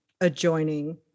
adjoining